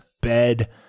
bed